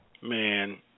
man